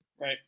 Right